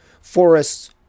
forests